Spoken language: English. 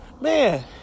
Man